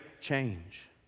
change